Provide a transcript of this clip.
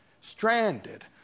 stranded